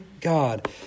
God